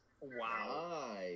Wow